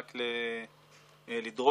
בדרך כלל בעבודות זמניות,